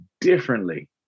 differently